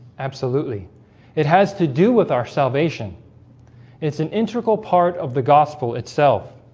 absolutely it has to do with our salvation it's an integral part of the gospel itself